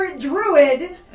druid